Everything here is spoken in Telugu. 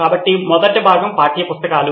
కాబట్టి మొదటి భాగం పాఠ్యపుస్తకాలు